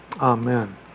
Amen